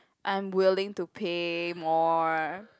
I am willing to pay more